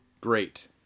Great